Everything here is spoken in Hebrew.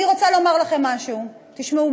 אני רוצה לומר לכם משהו: תשמעו,